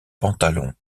pantalon